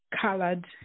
colored